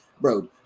Bro